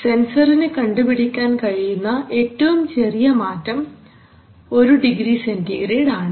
സെൻസറിനു കണ്ടുപിടിക്കാൻ കഴിയുന്ന ഏറ്റവും ചെറിയ മാറ്റം 1 ഡിഗ്രി സെൻറിഗ്രേഡ് ആണ്